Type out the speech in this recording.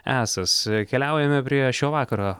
esąs keliaujame prie šio vakaro